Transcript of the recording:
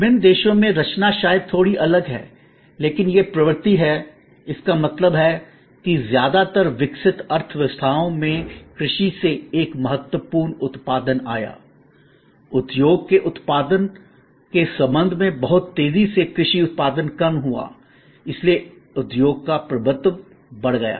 विभिन्न देशों में रचना शायद थोड़ी अलग है लेकिन यह प्रवृत्ति है इसका मतलब है कि ज्यादातर विकसित अर्थव्यवस्थाओं में कृषि से एक महत्वपूर्ण उत्पादन आया उद्योग के उत्पादन के संबंध में बहुत तेजी से कृषि उत्पादन कम हुआ इसलिए उद्योग का प्रभुत्व बढ़ गया